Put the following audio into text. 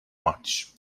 much